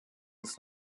ist